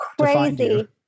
Crazy